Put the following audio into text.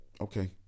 Okay